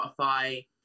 Spotify